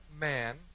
man